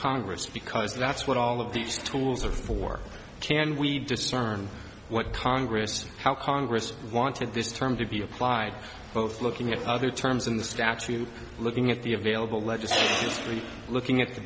congress because that's what all of these tools are for can we discern what congress how congress wanted this term to be applied both looking at other terms in the statute looking at the available legislate history looking at the